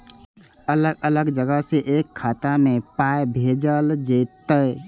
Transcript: अलग अलग जगह से एक खाता मे पाय भैजल जेततै?